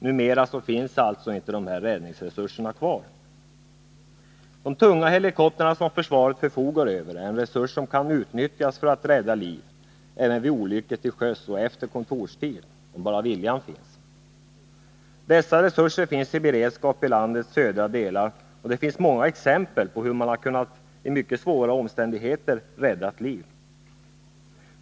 Numera finns alltså inte de här räddningsresurserna kvar. De tunga helikoptrar som försvaret förfogar över är en resurs som kan utnyttjas för att rädda liv även vid olyckor till sjöss efter kontorstid, om bara viljan finns. Dessa resurser finns i beredskap i landets södra delar, och det finns många exempel på hur man under mycket svåra omständigheter kunnat rädda liv.